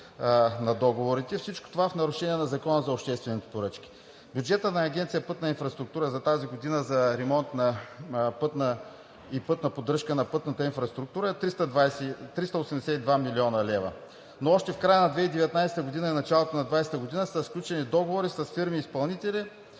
на договорите, всичко това в нарушение на Закона за обществените поръчки. Бюджетът на Агенция „Пътна инфраструктура“ за тази година за ремонт и пътна поддръжка на пътната инфраструктура е 382 млн. лв., но още в края на 2019 г. и началото на 2020 г. са сключени договори с фирми изпълнители,